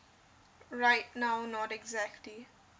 right now not exactly